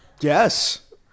yes